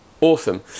awesome